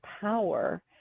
power